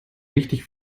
richtig